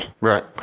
Right